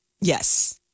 Yes